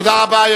תודה רבה.